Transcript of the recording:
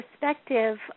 perspective